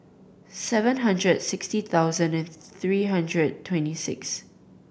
seven hundred sixty thousand three hundred twenty six